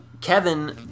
Kevin